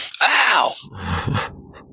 Ow